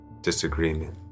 disagreement